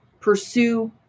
pursue